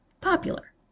Popular